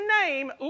name